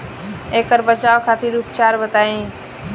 ऐकर बचाव खातिर उपचार बताई?